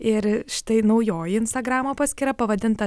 ir štai naujoji instagramo paskyra pavadinta